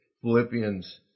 Philippians